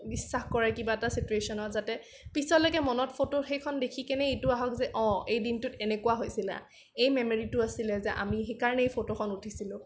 বিশ্বাস কৰে কিবা এটা চিটুৱেচনত যাতে পিছৰলৈকে মনত ফটো সেইখন দেখিকেনে এইটো আহক যে অঁ এই দিনটোত এনেকুৱা হৈছিলে এই মেমৰিটো আছিলে যে আমি সেইকাৰণে এই ফটোখন উঠিছিলো